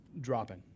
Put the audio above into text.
dropping